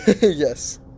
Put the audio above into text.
Yes